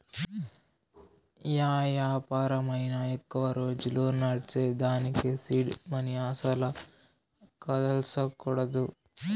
yeah యాపారమైనా ఎక్కువ రోజులు నడ్సేదానికి సీడ్ మనీ అస్సల కదల్సకూడదు